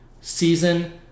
season